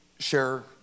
share